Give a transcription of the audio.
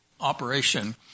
operation